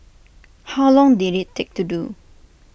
how long did IT take to do